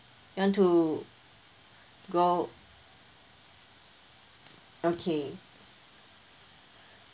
you want to go okay